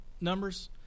numbers